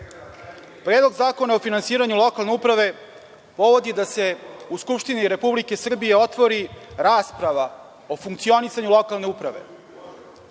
Predlog zakona o finansiranju lokalnih samouprava dovodi da se u Skupštini Republike Srbije otvori rasprava o funkcionisanju lokalne samouprave.